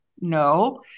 no